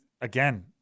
again